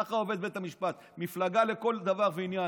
ככה עובד בית המשפט, מפלגה לכל דבר ועניין.